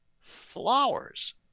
flowers